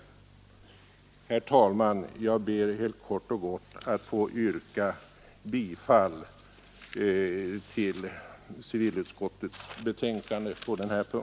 Herr talman! Jag ber att få yrka bifall till utskottets hemställan.